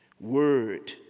word